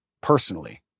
personally